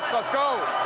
let's go,